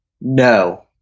No